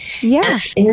Yes